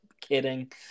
kidding